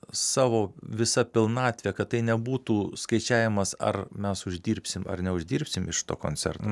savo visa pilnatve kad tai nebūtų skaičiavimas ar mes uždirbsim ar neuždirbsim iš to koncerto